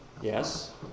Yes